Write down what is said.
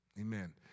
Amen